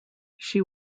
she